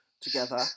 together